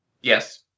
Yes